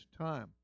time